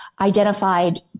identified